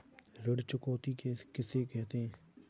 ऋण चुकौती किसे कहते हैं?